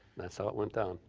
that's how it went down.